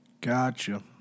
Gotcha